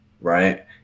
right